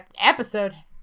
episode